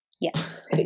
Yes